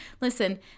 listen